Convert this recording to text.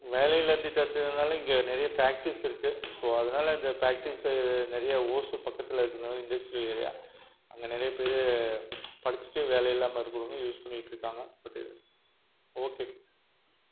வேலை இல்லா திட்டத்தினால இங்கே நிறைய ஃபேக்ட்ரிஸ் இருக்கு ஸோ அதனால இந்த ஃபேக்ட்ரிஸ் நிறைய ஓசூர் பக்கத்தில் இருக்கனால இண்டஸ்ரியல் ஏரியா அங்கே நிறைய பேர் படிச்சுட்டு வேலை இல்லாமல் இருக்கிறவங்க யூஸ் பண்ணிகிட்ருக்காங்க பட் ஓகே